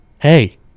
hey